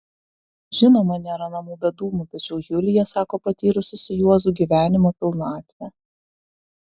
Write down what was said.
žinoma nėra namų be dūmų tačiau julija sako patyrusi su juozu gyvenimo pilnatvę